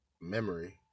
memory